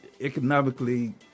economically